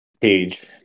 page